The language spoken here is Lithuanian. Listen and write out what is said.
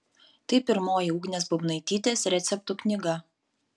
tai pirmoji ugnės būbnaitytės receptų knyga